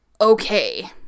okay